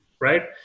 right